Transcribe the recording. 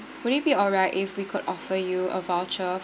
would it be alright if we could offer you a voucher